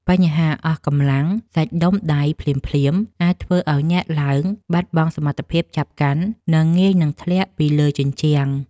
បញ្ហាអស់កម្លាំងសាច់ដុំដៃភ្លាមៗ អាចធ្វើឱ្យអ្នកឡើងបាត់បង់សមត្ថភាពចាប់កាន់ និងងាយនឹងធ្លាក់ពីលើជញ្ជាំង។